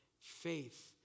Faith